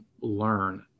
learn